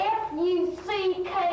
fuck